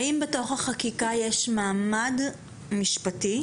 האם בתוך החקיקה יש מעמד משפטי?